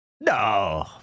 No